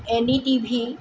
N E T V